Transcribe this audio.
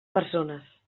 persones